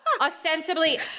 ostensibly